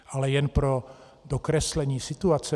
Ale jen pro dokreslení situace.